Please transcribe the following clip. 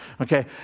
Okay